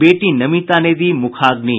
बेटी नमिता ने दी मुखाग्नि